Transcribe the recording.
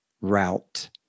route